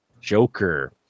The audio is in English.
Joker